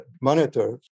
monitor